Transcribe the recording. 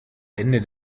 ende